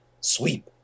sweep